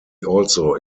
also